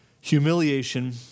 humiliation